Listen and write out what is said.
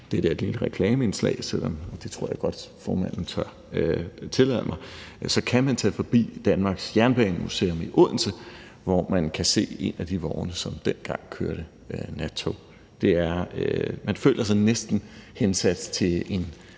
det her er et reklameindslag, men det tror jeg godt formanden tør tillade mig – kan man tage forbi Danmarks Jernbanemuseum i Odense, hvor man kan se en af de vogne, som dengang kørte nattog. Man føler sig næsten hensat til en